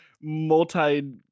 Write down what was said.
multi